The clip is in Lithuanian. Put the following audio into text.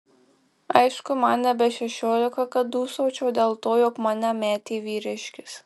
aišku man nebe šešiolika kad dūsaučiau dėl to jog mane metė vyriškis